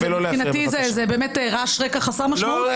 מבחינתי זה באמת רעש רקע חסר משמעות,